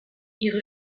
ihre